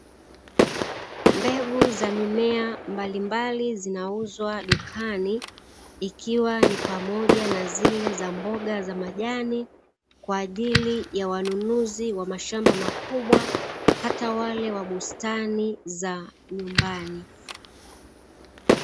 Mbegu za mimea mbalimbali zinauzwa dukani ikiwa ni pamoja na zile za mboga za majani kwa ajili ya wanunuzi wa mashamba, makubwa hata wale wa bustani za nyumbani.